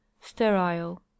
sterile